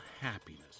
happiness